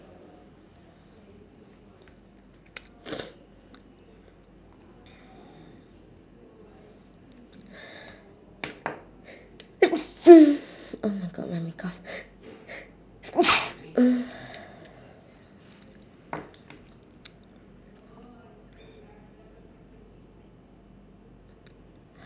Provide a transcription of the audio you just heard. oh my god my make up